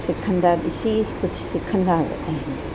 सिखंदा ॾिसी कुझु सिखंदा आहिनि